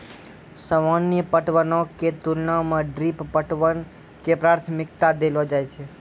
सामान्य पटवनो के तुलना मे ड्रिप पटवन के प्राथमिकता देलो जाय छै